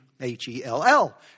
H-E-L-L